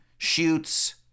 Shoots